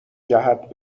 جهت